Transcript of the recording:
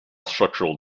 structural